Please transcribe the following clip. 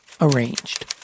arranged